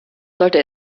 sollte